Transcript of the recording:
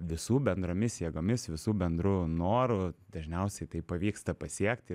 visų bendromis jėgomis visų bendru noru dažniausiai tai pavyksta pasiekti